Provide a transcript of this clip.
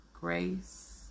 grace